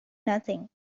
nothing